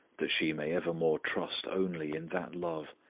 that she may evermore trust only in that love,